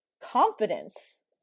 confidence